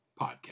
Podcast